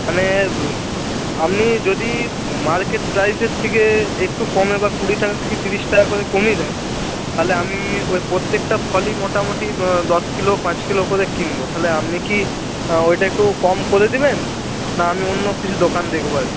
মানে আপনি যদি মার্কেট প্রাইসের থেকে একটু কমে বা কুড়ি টাকা কি তিরিশ টাকা করে কমিয়ে দেন তাহলে আমি ওই প্রত্যেকটা ফলই মোটামুটি দশ কিলো পাঁচ কিলো করে কিনবো তাহলে আপনি কি ওইটা একটু কম করে দিবেন না আমি অন্য কিছু দোকান দেখবো আর